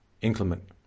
inclement